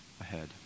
ahead